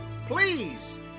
please